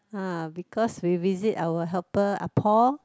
uh because we visit our helper ah Paul